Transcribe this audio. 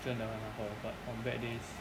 真的很好喝 but on bad days